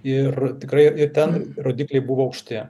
ir tikrai ten rodikliai buvo aukšti